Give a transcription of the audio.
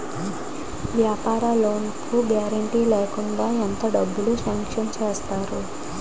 వ్యాపార లోన్ కి గారంటే లేకుండా ఎంత డబ్బులు సాంక్షన్ చేస్తారు?